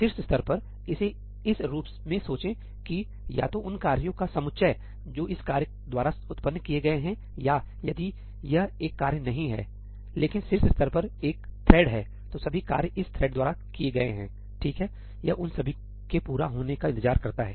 शीर्ष स्तर पर इसे इस रूप में सोचें कि या तो उन कार्यों का समुच्चय जो इस कार्य द्वारा उत्पन्न किए गए हैं या यदि यह एक कार्य नहीं है लेकिन शीर्ष स्तर पर एक थ्रेड है तो सभी कार्य इस थ्रेड द्वारा किए गए हैं ठीक है यह उन सभी के पूरा होने का इंतजार करता है